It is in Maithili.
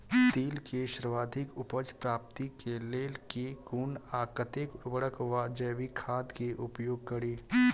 तिल केँ सर्वाधिक उपज प्राप्ति केँ लेल केँ कुन आ कतेक उर्वरक वा जैविक खाद केँ उपयोग करि?